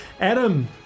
Adam